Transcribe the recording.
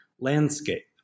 landscape